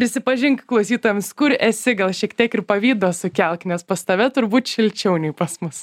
prisipažink klausytojams kur esi gal šiek tiek ir pavydo sukelk nes pas tave turbūt šilčiau nei pas mus